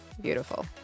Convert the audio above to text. beautiful